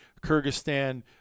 kyrgyzstan